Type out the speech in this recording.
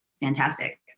fantastic